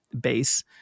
base